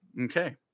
Okay